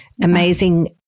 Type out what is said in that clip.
amazing